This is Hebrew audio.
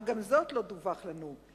אך גם זאת לא דווח לנו.